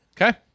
Okay